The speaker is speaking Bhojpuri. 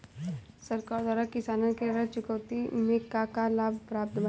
सरकार द्वारा किसानन के ऋण चुकौती में का का लाभ प्राप्त बाटे?